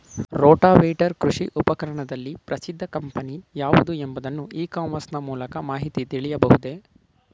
Rotavator ಕೃಷಿ ಉಪಕರಣದಲ್ಲಿ ಪ್ರಸಿದ್ದ ಕಂಪನಿ ಯಾವುದು ಎಂಬುದನ್ನು ಇ ಕಾಮರ್ಸ್ ನ ಮೂಲಕ ಮಾಹಿತಿ ತಿಳಿಯಬಹುದೇ?